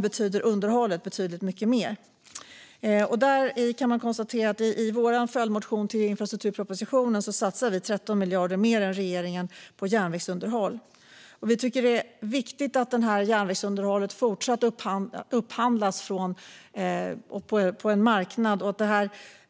betyder underhållet betydligt mycket mer. I vår följdmotion till infrastrukturpropositionen satsar vi 13 miljarder mer än regeringen på järnvägsunderhåll. Vi tycker att det är viktigt att underhållet även fortsättningsvis upphandlas på en marknad.